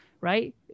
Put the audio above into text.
right